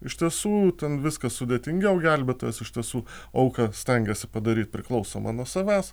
iš tiesų ten viskas sudėtingiau gelbėtojas iš tiesų auką stengiasi padaryt priklausomą nuo savęs